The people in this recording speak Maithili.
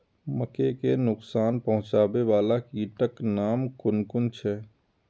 मके के नुकसान पहुँचावे वाला कीटक नाम कुन कुन छै?